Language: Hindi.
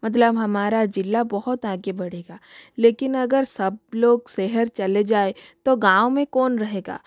मतलम हमारा ज़िला बहुत आगे बढ़ेगा लेकिन अगर सब लोग शहर चले जाए तो गाँव में कौन रहेगा